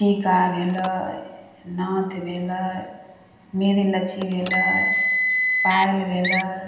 टीका भेलै नथ भेलै मेहदीलच्छी भेलै पायल भेलै